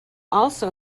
also